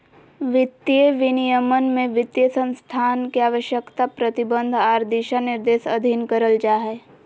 वित्तीय विनियमन में वित्तीय संस्थान के आवश्यकता, प्रतिबंध आर दिशानिर्देश अधीन करल जा हय